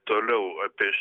toliau apie